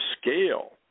scale